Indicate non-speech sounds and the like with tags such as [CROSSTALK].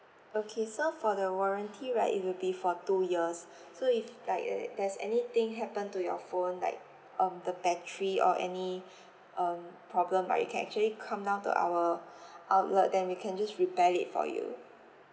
okay so for the warranty right it will be for two years [BREATH] so if like uh there's anything happen to your phone like um the battery or any [BREATH] um problem right you can actually come down to our [BREATH] outlet then we can just repair it for you